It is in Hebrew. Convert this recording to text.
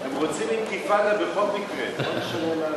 הם רוצים אינתיפאדה בכל מקרה, לא משנה מה הסיבה.